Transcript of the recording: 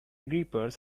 grippers